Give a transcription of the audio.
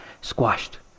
squashed